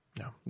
No